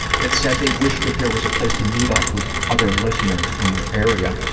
that said they wished that there was a place to meet up with other listeners in their area.